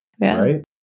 Right